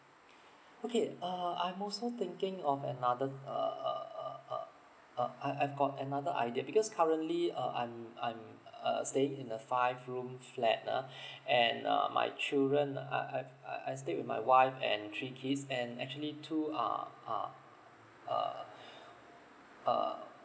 okay uh I'm also thinking of another uh uh uh uh uh I've I've got another idea because currently uh I'm I'm err staying in a five room flat ah and uh my children I I I I stay with my wife and three kids and actually two are are uh uh